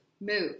move